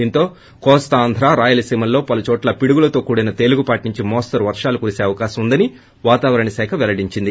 దీంతో కోస్తాంద్ర రాయలసీమలో పలు చోట్ల పిడుగులతో కూడిన తేలికపాటి నుంచి మోస్తరు వర్షాలు కురిసే అవకాశం ఉందని వాతావరణ శాఖ పెల్లడించింది